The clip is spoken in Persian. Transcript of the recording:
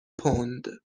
پوند